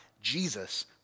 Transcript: Jesus